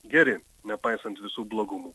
geri nepaisant visų blogumų